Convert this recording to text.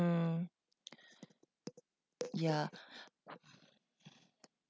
ya